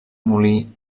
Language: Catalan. molí